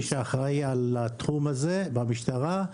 מי שאחראי על התחום הזה במשטרה,